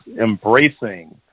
embracing